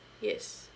yes